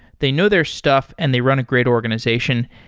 they know their stuff and they run a great organization.